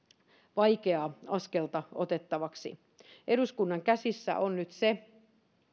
vaikeaa askelta otettavaksi eduskunnan käsissä on nyt se